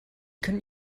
können